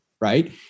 right